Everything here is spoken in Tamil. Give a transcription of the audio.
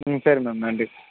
ம் சரி மேம் நன்றி